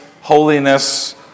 holiness